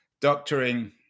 doctoring